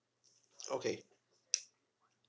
okay